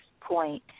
point